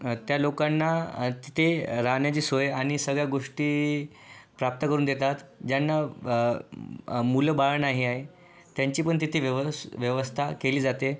त्या लोकांना तिथे राहण्याची सोय आणि सगळ्या गोष्टी प्राप्त करून देतात ज्यांना मुलंबाळ नाही आहे त्यांची पण तिथे व्यव व्यवस्था केली जाते